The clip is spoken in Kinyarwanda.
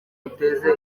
buteza